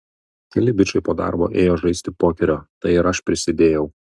keli bičai po darbo ėjo žaisti pokerio tai ir aš prisidėjau